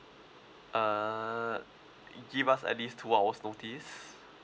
uh give us at least two hours notice